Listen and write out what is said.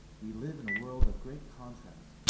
we live in a world of great contrasts,